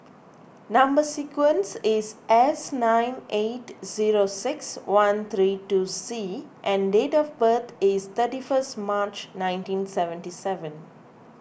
Number Sequence is S nine eight zero six one three two C and date of birth is thirty first March nineteen seventy seven